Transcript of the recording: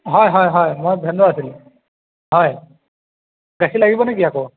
হয় হয় হয় মই ভেন্দৰ আছিলোঁ হয় গাখীৰ লাগিব নেকি আকৌ